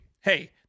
Hey